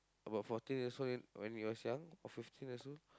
about fourteen years old when he was young or fifteen years old